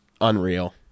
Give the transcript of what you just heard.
unreal